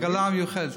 עגלה מיוחדת.